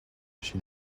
she